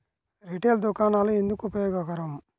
Retail దుకాణాలు ఎందుకు ఉపయోగకరం?